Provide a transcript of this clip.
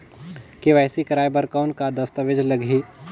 KYC कराय बर कौन का दस्तावेज लगही?